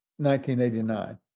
1989